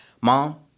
mom